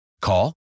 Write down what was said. Call